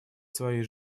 своей